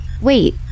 Wait